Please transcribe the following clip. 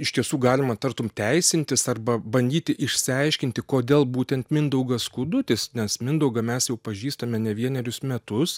iš tiesų galima tartum teisintis arba bandyti išsiaiškinti kodėl būtent mindaugas skudutis nes mindaugą mes jau pažįstame ne vienerius metus